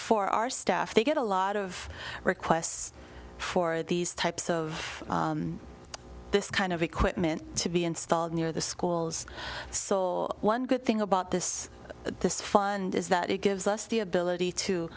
for our staff they get a lot of requests for these types of this kind of equipment to be installed near the schools saw one good thing about this at this fund is that it gives us the ability to